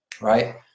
right